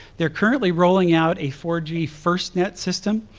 they are currently rolling out a four g first net system.